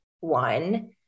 One